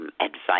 advice